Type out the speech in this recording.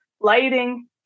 lighting